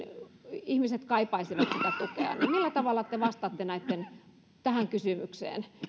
ihmiset kaipaisivat sitä tukea millä tavalla te vastaatte tähän kysymykseen